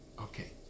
Okay